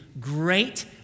great